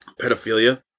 pedophilia